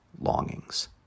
longings